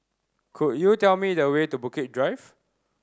could you tell me the way to Bukit Drive